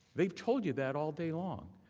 they told you that all day long.